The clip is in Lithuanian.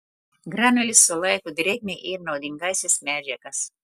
granulės sulaiko drėgmę ir naudingąsias medžiagas